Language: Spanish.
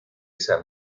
esa